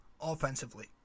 offensively